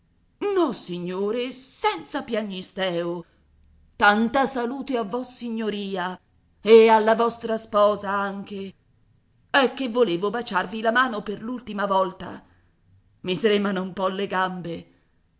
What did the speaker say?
sera nossignore senza piagnisteo tanta salute a vossignoria e alla vostra sposa anche è che volevo baciarvi la mano per l'ultima volta i tremano un po le gambe